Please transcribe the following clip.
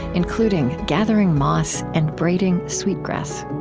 including gathering moss and braiding sweetgrass